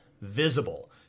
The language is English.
visible